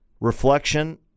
reflection